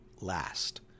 last